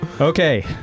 Okay